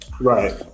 right